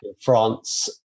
France